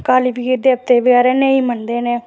जां कालीबीर देवते गी नेईं मनदे हैन